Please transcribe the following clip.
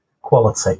quality